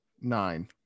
nine